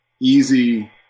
easy